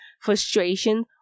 frustration